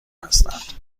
هستند